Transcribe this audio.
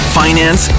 finance